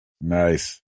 Nice